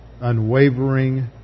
unwavering